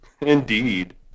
Indeed